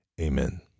Amen